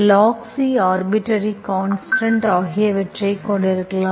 log C arbitrary constant ஆகியவற்றைக் கொண்டிருக்கலாம்